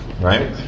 Right